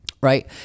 Right